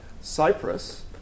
Cyprus